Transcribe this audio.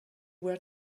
were